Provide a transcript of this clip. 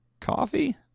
Coffee